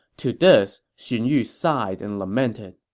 to this, xun yu sighed and lamented,